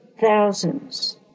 thousands